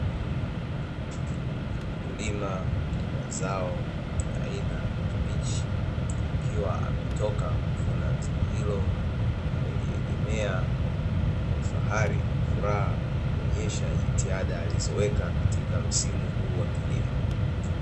Mkulima wa zao aina ya kabichi, akiwa ametoka kuvuna zao hilo, ameliegemea kwa ufahari, furaha kuonyesha jitihada alizoweka katika msimu huu wa kilimo.